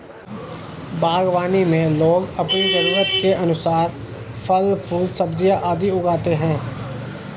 बागवानी में लोग अपनी जरूरत के अनुसार फल, फूल, सब्जियां आदि उगाते हैं